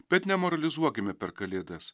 bet nemoralizuokime per kalėdas